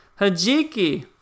Hajiki